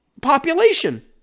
population